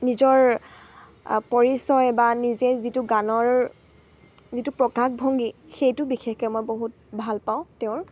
নিজৰ পৰিচয় বা নিজে যিটো গানৰ যিটো প্ৰকাশ ভংগী সেইটো বিশেষকে মই বহুত ভাল পাওঁ তেওঁৰ